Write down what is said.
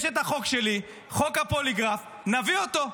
יש את החוק שלי, חוק הפוליגרף, נביא אותו.